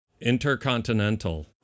Intercontinental